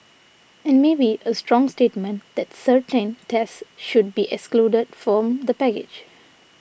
and maybe a strong statement that certain tests should be excluded from the package